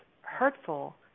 hurtful